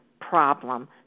problem